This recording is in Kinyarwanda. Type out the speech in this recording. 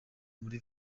muri